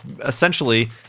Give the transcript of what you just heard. essentially